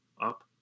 up